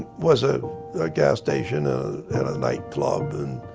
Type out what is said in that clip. was a gas station ah and a nightclub.